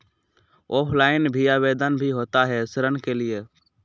Offline भी आवेदन भी होता है ऋण के लिए?